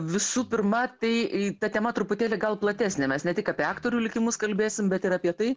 visų pirma tai ta tema truputėlį gal platesnė mes ne tik apie aktorių likimus kalbėsim bet ir apie tai